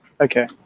Okay